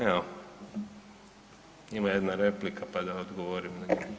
Evo, ima jedna replika, pa da odgovorim.